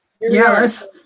Yes